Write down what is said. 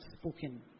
spoken